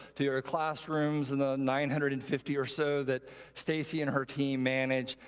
to your ah classrooms and the nine hundred and fifty or so that stacy and her team manage,